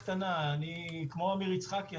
כמו עמיר יצחקי,